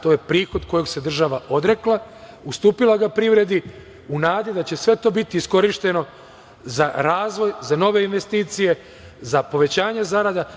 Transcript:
To je prihod kojeg se država odrekla, ustupila ga privredi u nadi da će sve to biti iskorišćeno za razvoj, za nove investicije, za povećanje zarada.